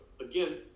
again